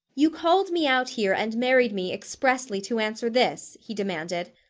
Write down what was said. you called me out here, and married me expressly to answer this? he demanded.